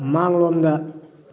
ꯃꯥꯡꯂꯣꯝꯗ